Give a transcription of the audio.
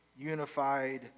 unified